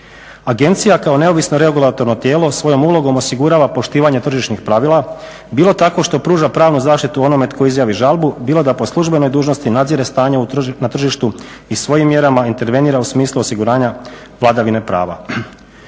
Agencija kao neovisno regulatorno tijelo svojom ulogom osigurava poštivanje tržišnih pravila bilo tako što pruža pravnu zaštitu onome tko izjavi žalbu, bilo da po službenoj dužnosti nadzire stanje na tržištu i svojim mjerama intervenira u smislu osiguranja vladavine prava.